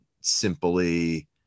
simply